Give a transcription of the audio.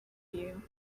you